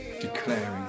declaring